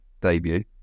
debut